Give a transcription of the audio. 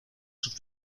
sus